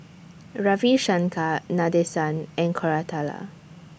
Ravi Shankar Nadesan and Koratala